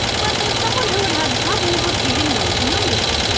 but there's someone who would have trouble repeating those numbers.